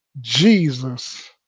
Jesus